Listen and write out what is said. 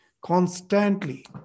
Constantly